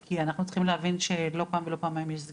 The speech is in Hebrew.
כי אנחנו צריכים להבין שלא פעם ולא פעמיים יש סגרים,